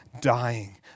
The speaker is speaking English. dying